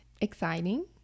exciting